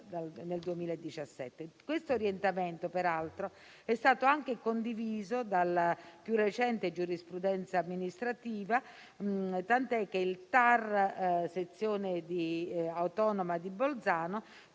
Questo orientamento, peraltro, è stato anche condiviso dalla più recente giurisprudenza amministrativa, tant'è che il TAR sezione di autonoma di Bolzano,